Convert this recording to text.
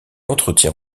entretient